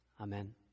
Amen